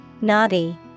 Naughty